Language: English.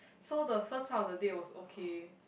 so the first part of the date was okay